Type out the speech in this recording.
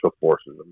forces